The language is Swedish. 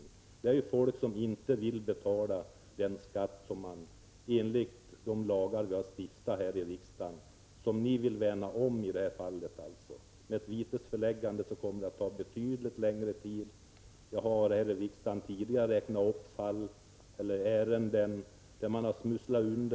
Men ni moderater värnar om folk som inte betalar skatt enligt de lagar som vi i riksdagen har stiftat. Ett vitesföreläggande tar betydligt längre tid. Jag har tidigare här i riksdagen redovisat fall där människor har smusslat undan böcker för taxeringsmyndigheterna.